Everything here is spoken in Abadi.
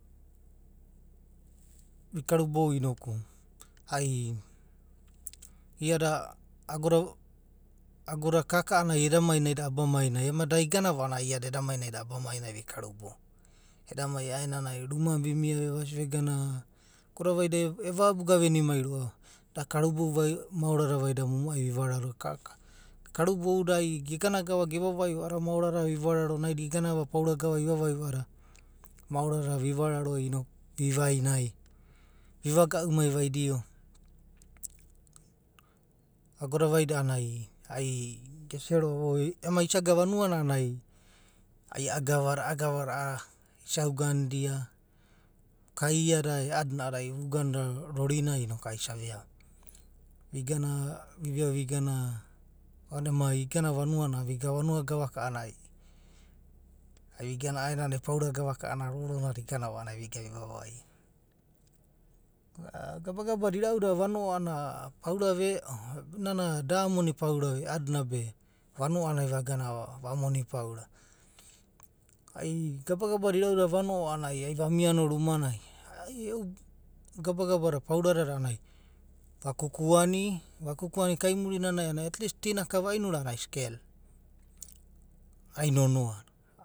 Ikarubou inoku ai iada agoda kaka a'anai eda mai naida abamainai, ema da igava a'anai iada eda mai naida abamai nai vi karubou. Eda mai a'aenanai rumanai vimia vevasi vegana ai, agoda vaida evabuga venimai ro'ava. Da karubou maorada vaida momo'ai vivararo, karubouda ai gegana gava ge vavaiva a'ada maorada vivararo, naida iganava paura gava ivavaiva maoradada vivararo inoku vi vainai, vivaga'umai vaidio. Agoda vaida a'ana ai gesia ro'ava ai ema isaga vanuana ai a'a gava, a'a gavada a'a isa uganidia. Kaiada a'adina a'adada ai iuganda rorinai inok ei isa veau gori. Igana, viveau vigana iganava vanua gavaka a'anai ai vigana a'aenanai paura gavaka a'ana roronada iganava a'anana viga vi vavaia. Gabagaba da ira'udada vano'a a'ana paura ve'o inoku nana da amoni paurava o a'adina be vano'a a'anai vaga va moni pauraa. Gabagabada ira'u vano'a a'ana ai vamiano rumanai, e'u gabagabada pauradada a'adada a'ana ai vakuku ani, vakuku ai kaimuri nanai a'ana etlist tina ka va'inura a'ana ai skel, ai nonoa.